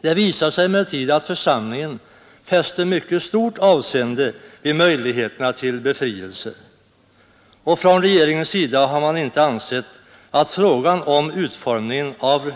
Det visade sig emellertid att församlingen fäste mycket stort avseende vid möjligheterna till befrielse, och från regeringens sida har man inte ansett att frågan om utformningen av